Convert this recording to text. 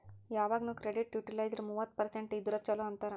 ಯವಾಗ್ನು credit utilised ಮೂವತ್ತ percent ಇದ್ದುರ ಛಲೋ ಅಂತಾರ್